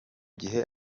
gihe